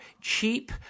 cheap